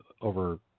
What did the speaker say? over